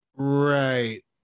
right